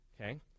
okay